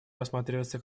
рассматриваться